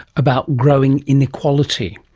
about growing inequality?